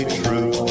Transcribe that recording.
true